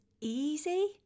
easy